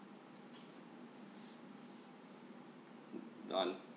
done